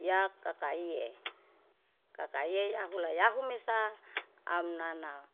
Yak kakaie kakaie yahu layahumesa amnana